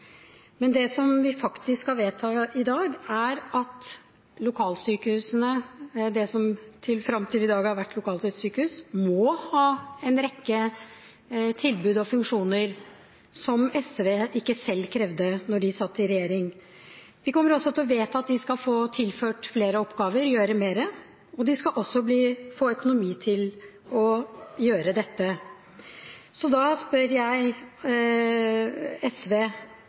men det som vi faktisk skal vedta i dag, er at lokalsykehusene, det som fram til i dag har vært lokalsykehus, må ha en rekke tilbud og funksjoner som SV ikke selv krevde da de satt i regjering. Vi kommer også til å vedta at de skal få tilført flere oppgaver, gjøre mer, og de skal også få økonomi til å gjøre dette. Så da spør jeg SV: